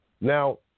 Now